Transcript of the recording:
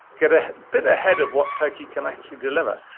get a bit ahead of what turkey can actually deliver.